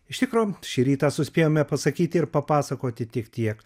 iš tikro šį rytą suspėjome pasakyti ir papasakoti tik tiek